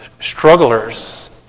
strugglers